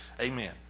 Amen